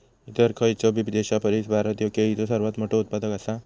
इतर खयचोबी देशापरिस भारत ह्यो केळीचो सर्वात मोठा उत्पादक आसा